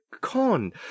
con